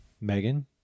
Megan